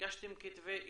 הגשתם כתבי אישום?